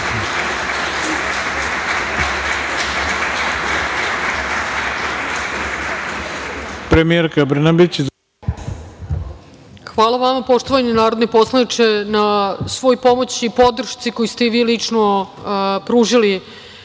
Hvala vama poštovani narodni poslaniče na svoj pomoći i podršci koju ste vi lično pružili